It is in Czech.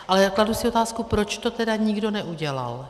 Ale kladu si otázku, proč to tedy nikdo neudělal?